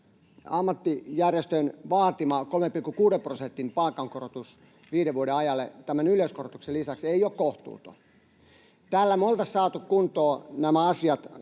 ammattijärjestöjen vaatima 3,6 prosentin palkankorotus viiden vuoden ajalle tämän yleiskorotuksen lisäksi ei ole kohtuuton. Tällä me oltaisiin saatu kuntoon nämä asiat.